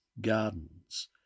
Gardens